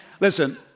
Listen